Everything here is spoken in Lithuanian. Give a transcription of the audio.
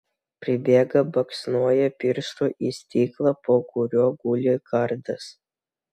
pribėga baksnoja pirštu į stiklą po kuriuo guli kardas